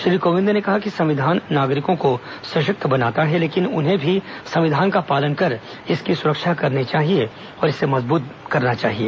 श्री कोविंद ने कहा कि संविधान नागरिकों को सशक्त बनाता है लेकिन उन्हें भी संविधान का पालन कर इसकी सुरक्षा करनी चाहिए और इसे मजबूत करना चाहिए